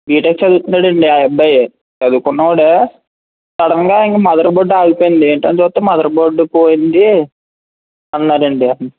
BTech చదువుతున్నాడు అండి ఆ అబ్బాయి చదువుకున్నవాడే సడెన్గా ఇంక మదర్ బోర్డ్ ఆగిపోయింది ఏంటా అని చూస్తే మదర్ బోర్డ్ పోయింది అన్నాడండి అతను